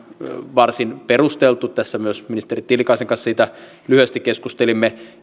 varsin perusteltu myös ministeri tiilikaisen kanssa siitä lyhyesti keskustelimme